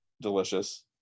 delicious